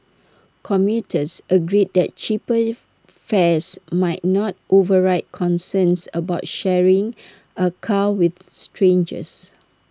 commuters agreed that cheaper fares might not override concerns about sharing A car with strangers